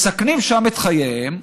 ומסכנים שם את חייהם.